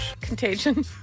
Contagion